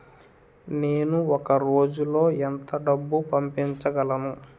నేను ఒక రోజులో ఎంత డబ్బు పంపించగలను?